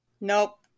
Nope